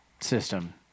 System